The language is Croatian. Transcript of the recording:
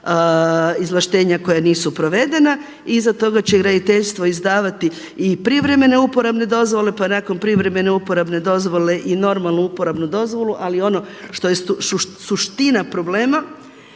izvlaštenja koja nisu provedena i iza toga će graditeljstvo izdavati i privremene uporabne dozvole pa nakon privremene uporabne dozvole i normalnu uporabnu dozvolu. Ali ono što je suština problema